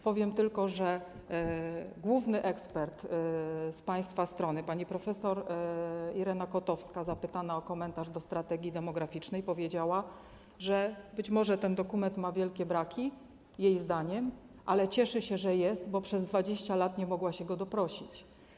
Powiem tylko, że główny ekspert z państwa strony, pani prof. Irena Kotowska, zapytana o komentarz do Strategii Demograficznej, powiedziała, że być może ten dokument ma jej zdaniem wielkie braki, ale cieszy się, że jest, bo przez 20 lat nie mogła się go doprosić.